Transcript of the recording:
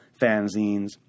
fanzines